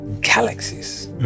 galaxies